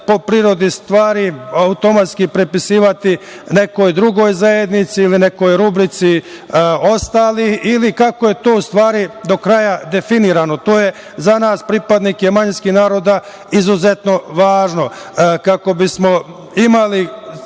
po prirodi stvari automatski prepisivati nekoj drugoj zajednici ili nekoj rubrici – ostali? Kako je to u stvari do kraja definisano? To je za nas, pripadnike manjinskih naroda izuzetno važno kako bismo imali